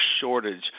shortage